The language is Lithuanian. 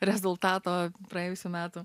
rezultato praėjusių metų